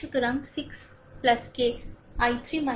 সুতরাং 6 কে I3 I1 এ দিন